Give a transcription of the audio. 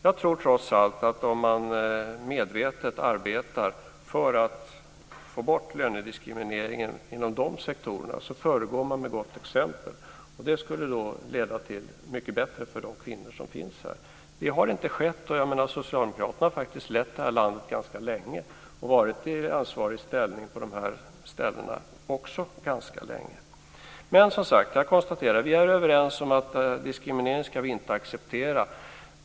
Jag tror trots allt att om man medvetet arbetar för att få bort lönediskrimineringen inom de sektorerna föregår man med gott exempel. Det skulle bli mycket bättre för de kvinnor som finns här. Det har inte skett. Socialdemokraterna har lett landet ganska länge och också varit i ansvarig ställning på dessa ställen ganska länge. Jag konstaterar, som sagt var, att vi är överens om att vi inte ska acceptera diskriminering.